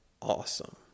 awesome